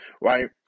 right